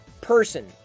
person